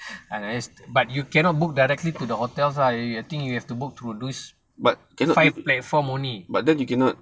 but you cannot book directly to the hotel lah I think you have to book to those but five platform only